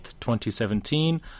2017